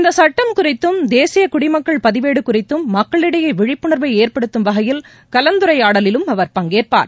இந்த சுட்டம் குறித்தும் தேசிய குடிமக்கள் பதிவேடு குறித்தும் மக்களிடையே விழிப்புணர்வை ஏற்படுத்தும் வகையில் கலந்துரையாடலிலும் அவர் பங்கேற்பார்